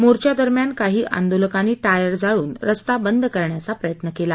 मोर्चादरम्यान काही आंदोलकांनी वियर जाळून रस्ता बंद करण्याचा प्रयत्न केला